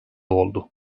oldu